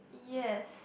yes